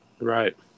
Right